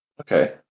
Okay